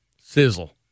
Sizzle